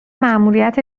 ماموریت